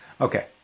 Okay